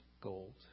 gold